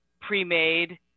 pre-made